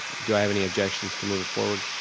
do i have any objections to move it forward?